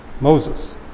Moses